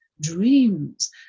dreams